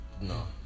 No